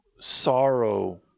sorrow